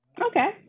Okay